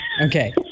Okay